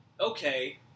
Okay